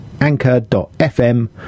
anchor.fm